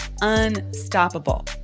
unstoppable